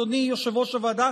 אדוני יושב-ראש הוועדה,